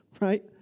Right